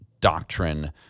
doctrine